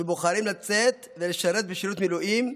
שבוחרים לצאת ולשרת בשירות מילואים,